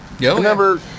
Remember